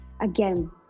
Again